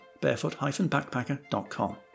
barefoot-backpacker.com